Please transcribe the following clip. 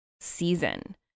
season